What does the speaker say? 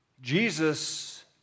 Jesus